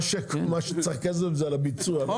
מה שצריך כסף זה על הביצוע.